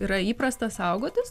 yra įprasta saugotis